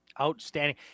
Outstanding